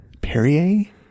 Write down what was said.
Perrier